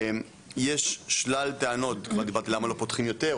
יש שלל טענות דיברתם למה לא פותחים יותר,